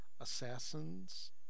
assassins